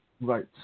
Right